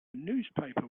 newspaper